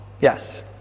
Yes